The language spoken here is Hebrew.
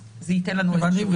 זה ייתן לנו --- הבנתי.